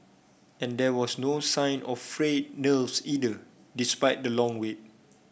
and there was no sign of frayed nerves either despite the long wait